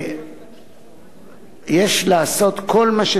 ויש לעשות כל מה שצריך